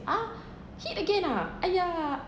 ah hit again ah !aiya!